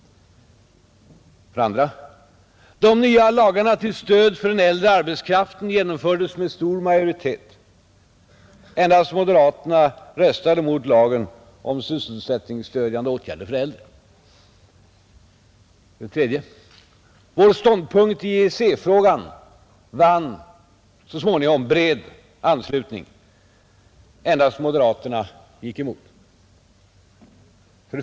2. De nya lagarna till stöd för den äldre arbetskraften genomfördes med stor majoritet. Endast moderaterna röstade mot lagen om sysselsättningsstödjande åtgärder för äldre. 3. Vår ståndpunkt i EEC-frågan vann så småningom bred anslutning. Endast moderaterna gick emot.